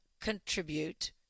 contribute